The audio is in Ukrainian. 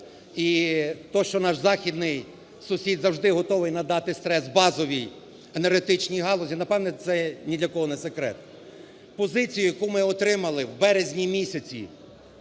І те, що наш західний сусід завжди готовий надати стрес базовій енергетичній галузі, напевно, це ні для кого не секрет. Позицію, яку ми отримали в березні місяці